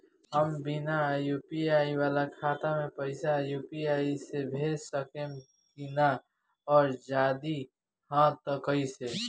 हम बिना यू.पी.आई वाला खाता मे पैसा यू.पी.आई से भेज सकेम की ना और जदि हाँ त कईसे?